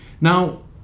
Now